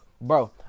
Bro